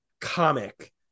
comic